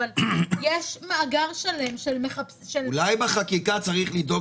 אבל יש מאגר שלם של --- אולי בחקיקה צריך לדאוג